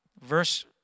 verse